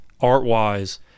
art-wise